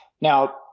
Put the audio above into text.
Now